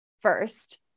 first